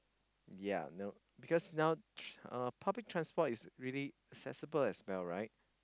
ya nope because now uh public transport is really accessible as well right